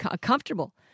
comfortable